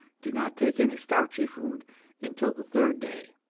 do not take any starchy food until the third day.